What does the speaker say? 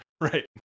Right